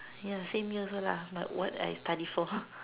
ya same here also lah but what I study for